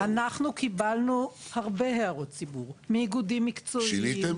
אנחנו קיבלנו הרבה הערות ציבור מאיגודים מקצועיים -- שיניתם.